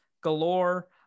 galore